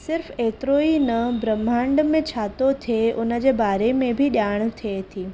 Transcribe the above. सिर्फ़ु एतिरो ई न ब्रम्हांड में छा थो थिए उनजे बारे में बि ॼाण थिए थी